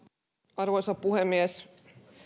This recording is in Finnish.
arvoisa puhemies